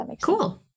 Cool